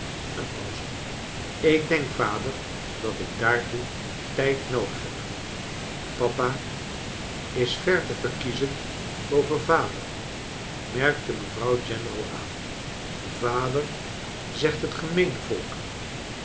een pauze ik denk vader dat ik daartoe tijd noodig heb papa is ver te verkiezen boven vader merkte mevrouw general aan vader zegt het gemeene volk